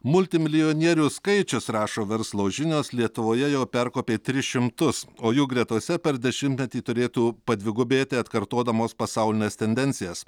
multimilijonierių skaičius rašo verslo žinios lietuvoje jau perkopė tris šimtus o jų gretose per dešimtmetį turėtų padvigubėti atkartodamos pasaulines tendencijas